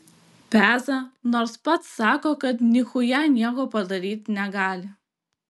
peza nors pats sako kad nichuja nieko padaryt negali